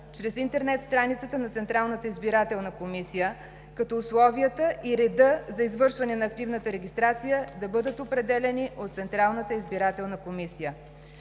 чрез интернет страницата на Централната избирателна комисия, като условията и редът за извършване на активната регистрация да бъдат определяни от Централната избирателна комисия.